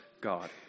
God